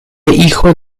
hijo